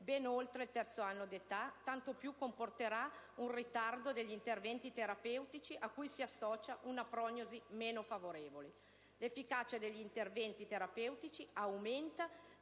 ben oltre il terzo anno di età - tanto più ciò comporterà un ritardo degli interventi terapeutici, a cui si associa una prognosi meno favorevole. L'efficacia degli interventi terapeutici aumenta